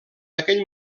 aquell